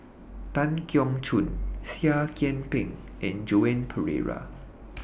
Tan Keong Choon Seah Kian Peng and Joan Pereira